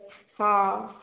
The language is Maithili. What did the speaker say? हँ